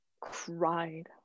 cried